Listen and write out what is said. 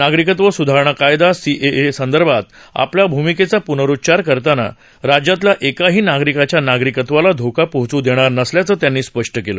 नागरिकत्व सुधारणा कायदा सीएए संदर्भात आपल्या भूमिकेचा प्नरुच्चार करताना राज्यातल्या एकाही नागरिकाच्या नागरिकत्वाला धोका पोहोचू देणार नसल्याचं त्यांनी स्पष्ट केलं